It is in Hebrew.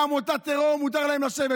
בעמותת טרור מותר להם לשבת.